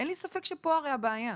אין לי ספק שפה הבעיה.